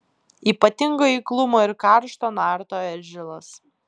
ypatingo eiklumo ir karšto narto eržilas